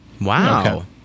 Wow